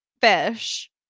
fish